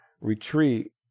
retreat